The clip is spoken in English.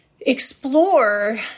explore